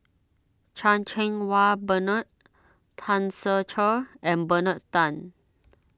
Chan Cheng Wah Bernard Tan Ser Cher and Bernard Tan